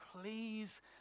please